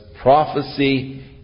prophecy